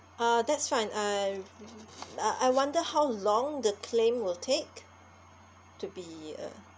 uh that's fine uh uh I wonder how long the claim will take to be uh